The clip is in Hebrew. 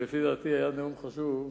שלפי דעתי היה נאום חשוב,